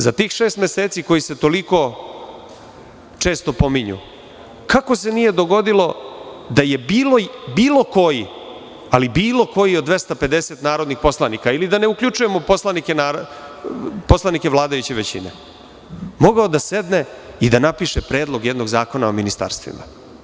Za tih šest meseci koji se toliko često pominju, kako se nije dogodilo da je bilo koji, ali bilo koji od 250 narodnih poslanika ili da uključujemo poslanike vladajuće većine, mogao da sedne i da napiše predlog jednog zakona o ministarstvima.